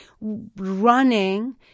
Running